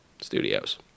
Studios